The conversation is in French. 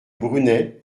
brunet